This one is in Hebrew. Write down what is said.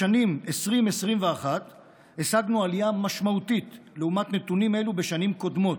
בשנים 2021 השגנו עליה משמעותית לעומת נתונים אלו בשנים קודמות.